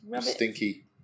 Stinky